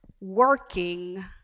working